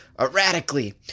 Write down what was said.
Erratically